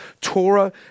Torah